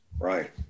Right